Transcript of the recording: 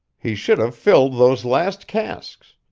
he should have filled those last casks.